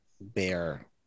Bear